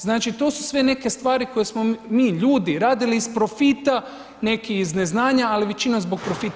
Znači to su sve neke stvari koje smo mi ljudi radili iz profita, neki iz neznanja, ali većina iz profita.